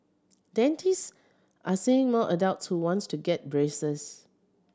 dentist are seeing more adults who wants to get braces